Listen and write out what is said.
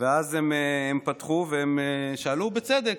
פתחו ושאלו בצדק: